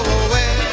away